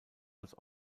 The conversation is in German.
als